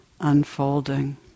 unfolding